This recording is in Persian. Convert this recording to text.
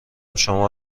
شما